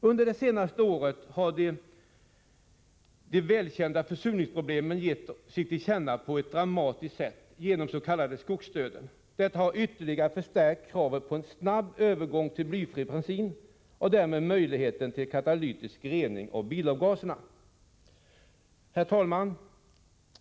Under det senaste året har de välkända försurningsproblemen gett sig till känna på ett dramatiskt sätt genom den s.k. skogsdöden. Detta har ytterligare förstärkt kravet på en snabb övergång till blyfri bensin, vilket skulle öka möjligheterna till katalytisk rening av bilavgaserna. 113 Herr talman!